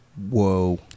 Whoa